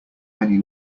many